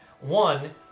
one